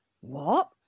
What